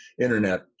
internet